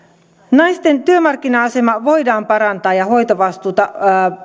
naisten työmarkkina asemaa voidaan parantaa ja hoitovastuuta